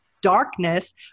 darkness